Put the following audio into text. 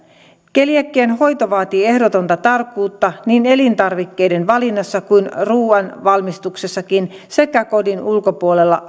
keliakian hoito vaatii ehdotonta tarkkuutta niin elintarvikkeiden valinnassa kuin ruuan valmistuksessakin sekä kodin ulkopuolella